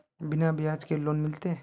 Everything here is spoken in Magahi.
बिना ब्याज के लोन मिलते?